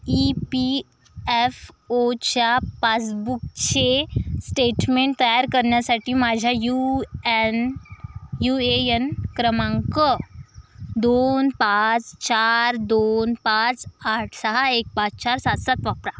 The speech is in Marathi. ई पी एफ ओच्या पासबुकचे स्टेटमेंट तयार करण्यसाठी माझ्या U N U A N क्रमांक दोन पाच चार दोन पाच आठ सहा एक पाच चार सात सात वापरा